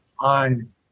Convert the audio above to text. Fine